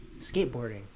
skateboarding